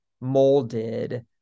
molded